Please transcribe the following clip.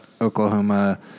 oklahoma